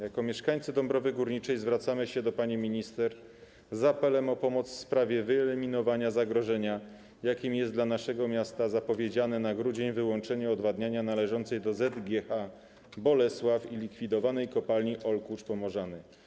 Jako mieszkańcy Dąbrowy Górniczej zwracamy się do pani minister z apelem o pomoc w sprawie wyeliminowania zagrożenia, jakim jest dla naszego miasta zapowiedziane na grudzień wyłączenie odwadniania należącej do ZGH Bolesław i likwidowanej kopalni Olkusz-Pomorzany.